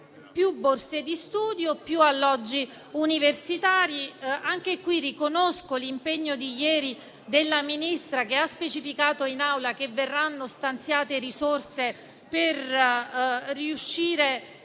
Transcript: più borse di studio e più alloggi universitari. Anche in questo caso riconosco l'impegno di ieri della Ministra che ha specificato in Aula che verranno stanziate risorse per riuscire